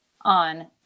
on